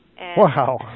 Wow